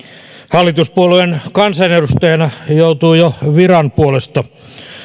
hallituspuolueen kansanedustajana joutuu jo viran puolesta